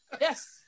Yes